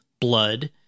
blood